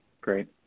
Great